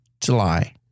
July